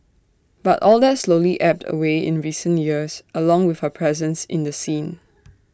but all that slowly ebbed away in recent years along with her presence in the scene